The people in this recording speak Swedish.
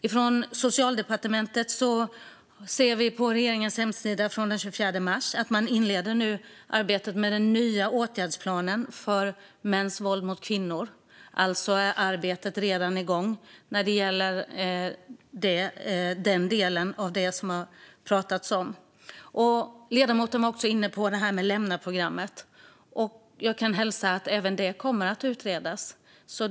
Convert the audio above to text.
I ett inlägg på regeringens hemsida från den 24 mars ser vi att man på Socialdepartementet nu inleder arbetet med den nya åtgärdsplanen mot mäns våld mot kvinnor. Arbetet är alltså redan igång när det gäller den delen av det som det har pratats om. Ledamoten var också inne på det här med lämnaprogrammet. Jag kan hälsa att även det kommer att utredas.